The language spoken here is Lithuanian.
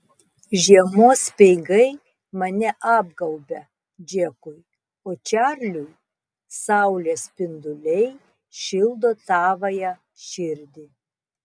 žiemos speigai mane apgaubia džekui o čarliui saulės spinduliai šildo tavąją širdį